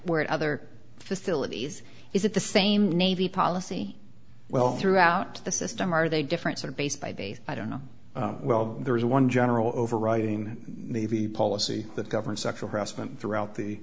where it other facilities is it the same navy policy well throughout the system are they different sort of base by base i don't know well there is one general overriding navy policy that governs sexual harassment throughout the